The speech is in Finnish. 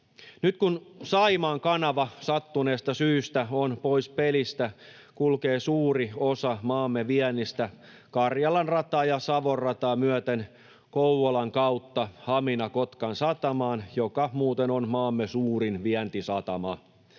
Nyt kun Saimaan kanava sattuneesta syystä on pois pelistä, kulkee suuri osa maamme viennistä Karjalan rataa ja Savon rataa myöten Kouvolan kautta Hamina-Kotkan satamaan — joka muuten on maamme suurin vientisatama.